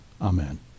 Amen